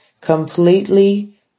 completely